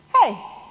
Hey